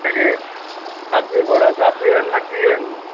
சரி காப்பி போட காப்பி வேணுமா டீ வேணுமா